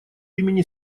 имени